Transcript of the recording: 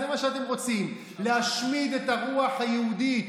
זה מה שאתם רוצים: להשמיד את הרוח היהודית.